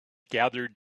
gathered